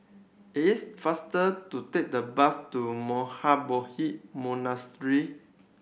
it is faster to take the bus to Monastery